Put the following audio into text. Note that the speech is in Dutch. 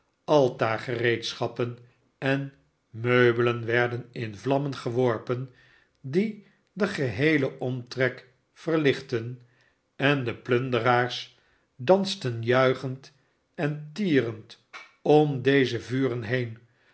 altaargereedschappen en meubelen werden in de vlammen seworpen die den geheelen omtrek verhchtten en de plunderaars dansten juichend en tierend om deze vuren heen